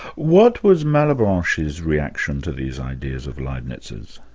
what was malebranche's reaction to these ideas of leibniz's?